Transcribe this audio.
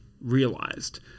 realized